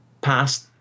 past